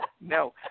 no